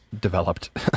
developed